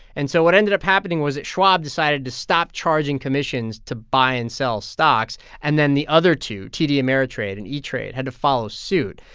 and so what ended up happening was that schwab decided to stop charging commissions to buy and sell stocks. and then the other two, td ameritrade and e-trade, had to follow suit.